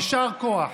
יישר כוח.